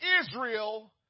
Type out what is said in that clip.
Israel